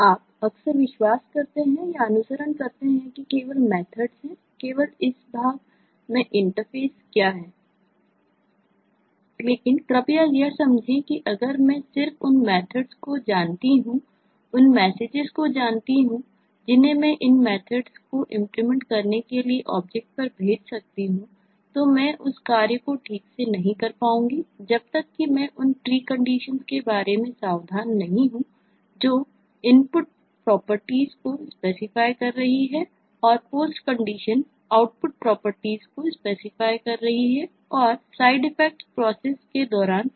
आप अक्सर विश्वास करते हैं या अनुसरण करते हैं कि केवल मेथड्स प्रोसेस के दौरान हो सकते हैं